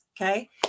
Okay